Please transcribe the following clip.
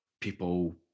people